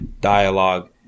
dialogue